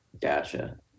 Gotcha